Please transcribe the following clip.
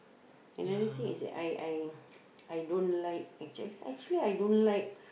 another thing is that I I I don't like actually actually I don't like